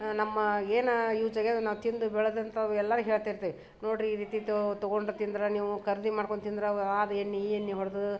ನಮ್ಮ ಏನು ಯೂಸ್ ಆಗ್ಯೆದ ನಾವು ತಿಂದು ಬೆಳ್ದಂಥದ್ದು ಎಲ್ಲ ಹೇಳ್ತಿರ್ತೇವೆ ನೋಡಿರಿ ಈ ರೀತಿ ತಗೊಂಡು ತಿಂದ್ರೆ ನೀವು ಖರೀದಿ ಮಾಡ್ಕೊಂಡು ತಿಂದ್ರೆ ಆ ಎಣ್ಣೆ ಈ ಎಣ್ಣೆ ಹೊಡ್ದು